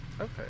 Okay